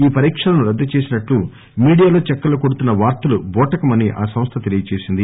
ఈ పరీక్షలను రద్దు చేసినట్లు మీడియాలో చక్కర్లు కొడుతున్న వార్తలు బూటకమని ఆ సంస్థ తెలియచేసింది